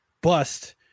bust